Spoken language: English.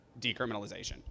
decriminalization